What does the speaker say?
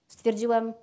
Stwierdziłem